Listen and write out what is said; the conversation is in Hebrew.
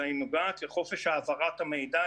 אלא היא נוגעת לחופש העברת המידע,